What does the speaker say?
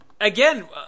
again